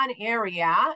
area